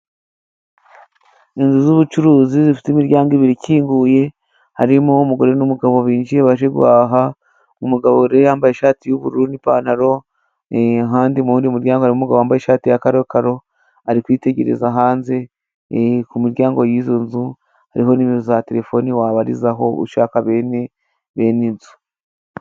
Inzu z'ubucuruzi zifite imiryango ibiri ikinguye, harimo umugore n'umugabo binjiye baje guhaha, umugabo rero yambaye ishati y'ubururu n'ipantaro . Ahandi mu wundi muryango harimo umugabo wambaye ishati ya karokaro, ari kwitegereza hanze ku miryango y'izo nzu, hariho nimero za telefone wabarizaho ushaka bene inzu.